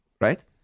right